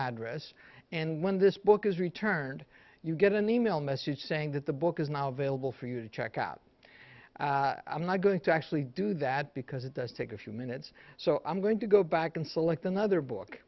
address and when this book is returned you get an e mail message saying that the book is now available for you to check out i'm not going to actually do that because it does take a few minutes so i'm going to go back and select another book